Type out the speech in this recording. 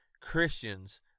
Christians